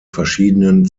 verschiedenen